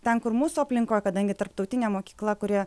ten kur mūsų aplinkoj kadangi tarptautinė mokykla kurie